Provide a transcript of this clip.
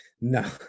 no